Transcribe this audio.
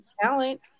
talent